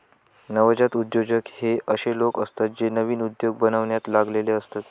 नवजात उद्योजक हे अशे लोक असतत जे नवीन उद्योग बनवण्यात लागलेले असतत